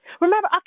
Remember